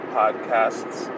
podcasts